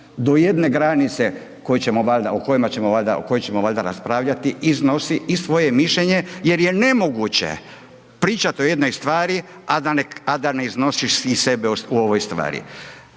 do jedne granice o kojoj ćemo valjda raspravljati iznosi i svoje mišljenje jer je nemoguće pričati o jednoj stvari a da ne iznosiš i sebe u ovoj stvari.